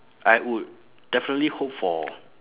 I would definitely hope for